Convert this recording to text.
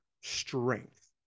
strength